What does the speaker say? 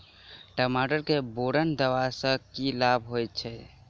टमाटर मे बोरन देबा सँ की लाभ होइ छैय?